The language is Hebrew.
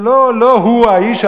לא הוא האיש,